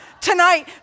tonight